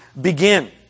begin